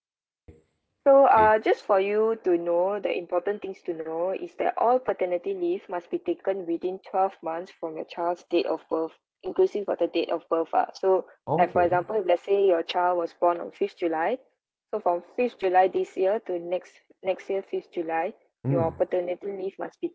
so uh just for you to know the important things to know is that all paternity leave must be taken within twelve months from your child's date of birth inclusive of the date of birth ah so like for example if let's say your child was born on fifth july so from fifth july this year to next next year fifth july your paternity leave must be